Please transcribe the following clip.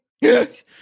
Yes